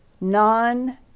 non-